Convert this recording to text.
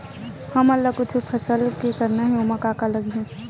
हमन ला कुछु फसल करना हे ओमा का का लगही?